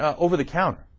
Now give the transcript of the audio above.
over the counter